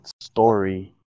story